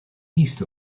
east